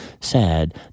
sad